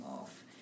off